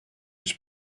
his